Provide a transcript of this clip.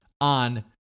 on